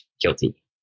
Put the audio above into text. guilty